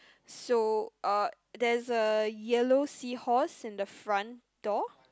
so uh there's a yellow seahorse in the front door